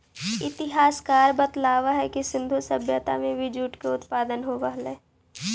इतिहासकार बतलावऽ हई कि सिन्धु सभ्यता में भी जूट के उत्पादन होवऽ हलई